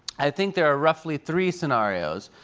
i think there are roughly three scenarios,